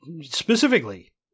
specifically